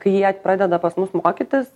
kai jie pradeda pas mus mokytis